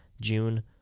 June